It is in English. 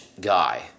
guy